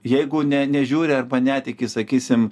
jeigu ne nežiūri arba netiki sakysim